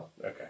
Okay